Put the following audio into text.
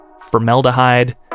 formaldehyde